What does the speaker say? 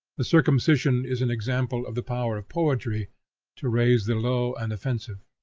the circumcision is an example of the power of poetry to raise the low and offensive.